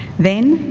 then,